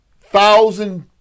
thousand